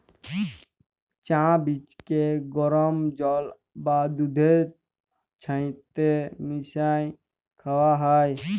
চাঁ বীজকে গরম জল বা দুহুদের ছাথে মিশাঁয় খাউয়া হ্যয়